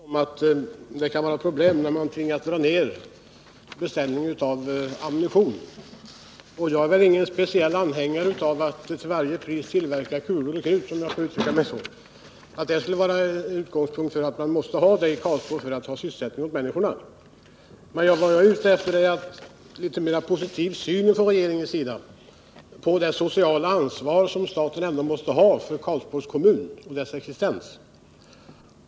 Herr talman! Jag är medveten om att det kan uppstå problem när man tvingas dra ner beställningarna av ammunition. Jag är ingen speciell anhängare av att man till varje pris skall tillverka kulor och krut, om jag får uttrycka mig så, och att utgångspunkten skulle vara att man måste ha sådan tillverkning i Karlsborg för att ge sysselsättning åt människorna där. Vad jag är ute efter är en litet mer positiv syn från regeringens sida på det sociala ansvar som staten ändå måste ha för Karlsborgs kommun och dess existens.